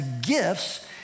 gifts